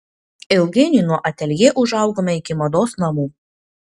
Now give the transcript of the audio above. ilgainiui nuo ateljė užaugome iki mados namų